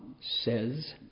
says